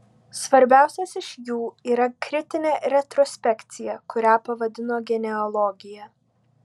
svarbiausias iš jų yra kritinė retrospekcija kurią pavadino genealogija